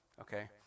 okay